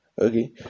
okay